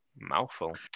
Mouthful